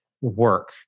work